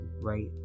right